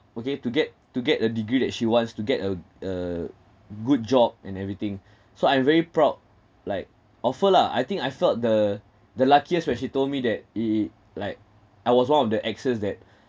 okay to get to get a degree that she wants to get a a good job and everything so I am very proud like of her lah I think I thought the the luckiest when she told me that it like I was one of the exes that